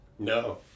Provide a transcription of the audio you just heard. No